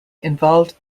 involved